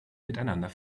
miteinander